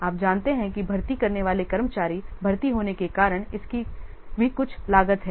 आप जानते हैं कि भर्ती करने वाले कर्मचारी भर्ती होने के कारण इसकी भी कुछ लागत है